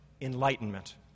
enlightenment